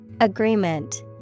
Agreement